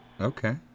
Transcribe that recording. okay